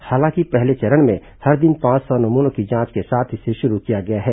हालांकि पहले चरण में हर दिन पांच सौ नमूनों की जांच के साथ इसे शुरू किया गया है